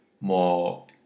more